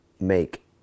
make